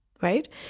right